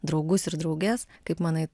draugus ir drauges kaip manai